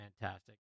fantastic